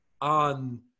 on